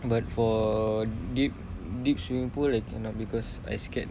but for deep deep swimming pool I cannot because I scared